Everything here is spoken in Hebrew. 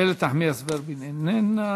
איילת נחמיאס ורבין, אינה נוכחת.